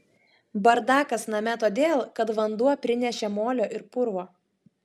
bardakas name todėl kad vanduo prinešė molio ir purvo